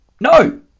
No